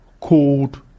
cold